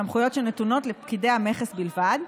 סמכויות שנתונות לפקידי המכס בלבד,